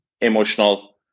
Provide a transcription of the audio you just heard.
emotional